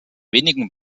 wenigen